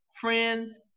friends